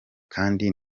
kandi